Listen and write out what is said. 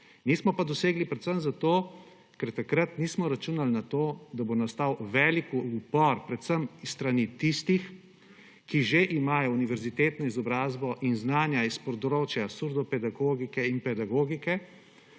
Nismo pa dosegli predvsem zato, ker takrat nismo računali na to, da bo nastal velik upor predvsem s strani tistih, ki že imajo univerzitetno izobrazbo in znanja s področja surdopedagogike in pedagogike